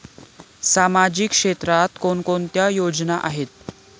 सामाजिक क्षेत्रात कोणकोणत्या योजना आहेत?